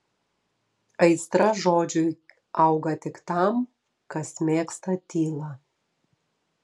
aistra žodžiui auga tik tam kas mėgsta tylą